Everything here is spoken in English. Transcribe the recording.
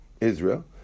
Israel